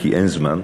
כי אין זמן.